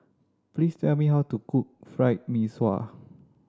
please tell me how to cook Fried Mee Sua